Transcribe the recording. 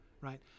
right